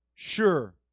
Sure